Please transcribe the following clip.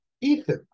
Ethan